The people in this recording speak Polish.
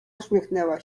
uśmiechnęła